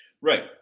Right